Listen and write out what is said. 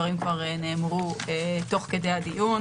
כבר תוך כדי הדיון.